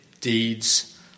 deeds